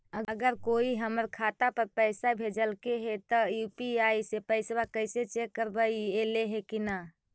अगर कोइ हमर खाता पर पैसा भेजलके हे त यु.पी.आई से पैसबा कैसे चेक करबइ ऐले हे कि न?